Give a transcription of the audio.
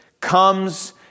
comes